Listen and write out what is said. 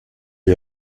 est